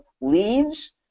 Leads